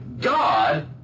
God